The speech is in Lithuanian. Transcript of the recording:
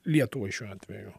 lietuvai šiuo atveju